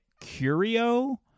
curio